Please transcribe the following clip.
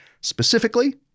specifically